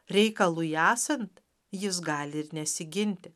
reikalui esant jis gali ir nesiginti